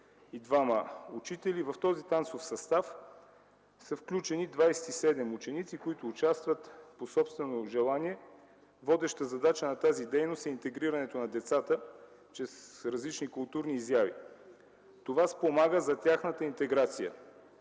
и двама учители. В този танцов състав са включени 27 ученици, които участват по собствено желание. Водеща задача на тази дейност е интегрирането на децата чрез различни културни изяви. Това спомага за тяхната интеграция,